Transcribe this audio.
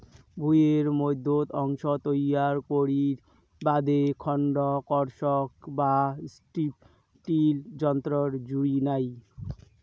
ভুঁইয়ের মইধ্যত অংশ তৈয়ার করির বাদে খন্ড কর্ষক বা স্ট্রিপ টিল যন্ত্রর জুড়ি নাই